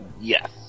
Yes